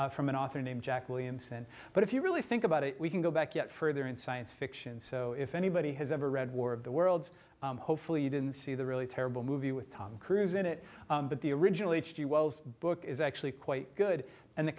novels from an author named jack williamson but if you really think about it we can go back yet further in science fiction so if anybody has ever read war of the worlds hopefully you didn't see the really terrible movie with tom cruise in it but the original h g wells book is actually quite good and the